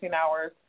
hours